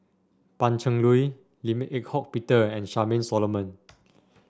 Pan Cheng Lui Lim Eng Hock Peter and Charmaine Solomon